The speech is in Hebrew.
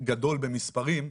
גדול במספרים,